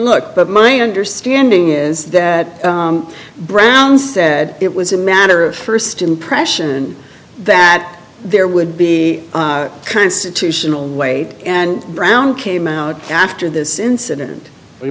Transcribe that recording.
look but my understanding is that brown said it was a matter of st impression that there would be constitutional weight and brown came out after this incident we